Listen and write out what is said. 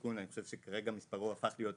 תיקון שכרגע מספרו הפך להיות 20,